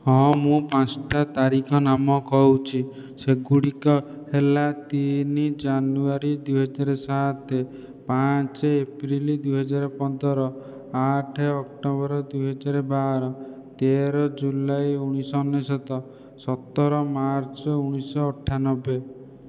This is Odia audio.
ହଁ ମୁ ପାଞ୍ଚୋଟି ତାରିଖ ନାମ କହୁଛି ସେଗୁଡ଼ିକ ହେଲା ତିନି ଜାନୁଆରୀ ଦୁଇ ହଜାର ସାତ ପାଞ୍ଚ ଏପ୍ରିଲ୍ ଦୁଇ ହଜାର ପନ୍ଦର ଆଠ ଅକ୍ଟୋବର ଦୁଇ ହଜାର ବାର ତେର ଜୁଲାଇ ଉଣେଇଶହ ଅନେଶ୍ୱତ ସତର ମାର୍ଚ୍ଚ ଉଣେଇଶହ ଅଠାନବେ